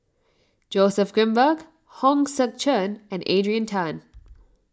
Joseph Grimberg Hong Sek Chern and Adrian Tan